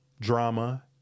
drama